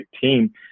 team